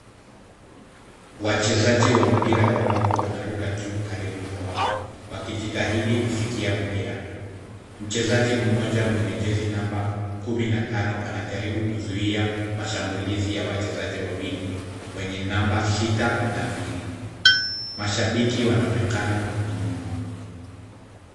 Wachezaji wa mpira wa wavu wanaruka juu karibu na wavu wakijitahidi kufikia mpira. Mchezaji mmoja mwenye jezi namba kumi na tano anajaribu kuzuia mashambulizi ya wachezaji wawili wenye namba sita na mbili. Mashabiki wanaonekana nyuma.